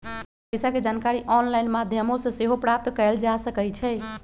बच्चल पइसा के जानकारी ऑनलाइन माध्यमों से सेहो प्राप्त कएल जा सकैछइ